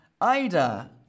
Ida